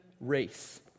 race